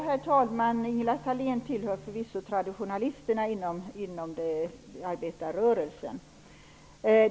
Herr talman! Ingela Thalén tillhör förvisso traditionalisterna inom arbetarrörelsen.